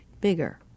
bigger